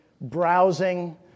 browsing